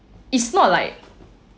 is not like